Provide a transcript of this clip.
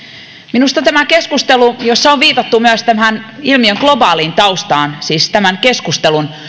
minusta tämä keskustelu jossa on viitattu myös tämän ilmiön globaaliin taustaan siis tämän keskustelun